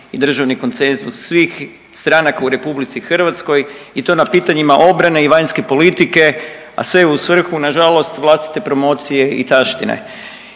i državni konsenzus svih stranaka u Republici Hrvatskoj i to na pitanjima obrane i vanjske politike, a sve u svrhu na žalost vlastite promocije i taštine.